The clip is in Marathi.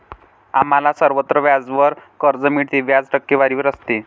आम्हाला सर्वत्र व्याजावर कर्ज मिळते, व्याज टक्केवारीवर असते